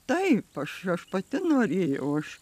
taip aš aš pati norėjau aš